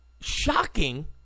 shocking